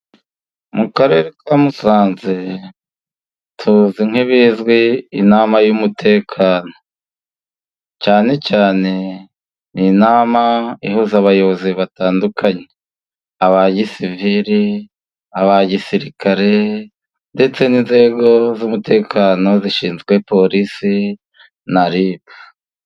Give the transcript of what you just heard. Mu Karere ka musanze tuzi nk'ibizwi inama y'umutekano. Cyane cyane ni inama ihuza abayobozi batandukanye aba gisivili, aba gisirikare, ndetse n'inzego z'umutekano zishinzwe polisi na ribu.